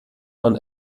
man